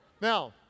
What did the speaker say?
Now